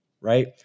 right